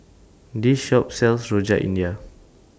This Shop sells Rojak India